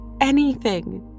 anything